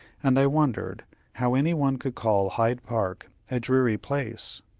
and i wondered how any one could call hyde park a dreary place.